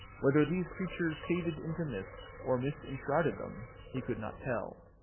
whether these creatures faded into mist, or mist enshrouded them, he could not tell.